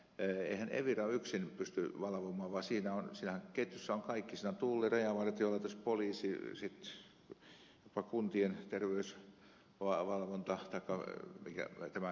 eihän evira yksin pysty valvomaan vaan siinähän ketjussa ovat kaikki siinä on tulli rajavartiolaitos poliisi kuntien terveys kovaa valvonta takaa mikä elintarvikevalvontasysteemit